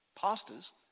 pastors